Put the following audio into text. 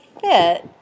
fit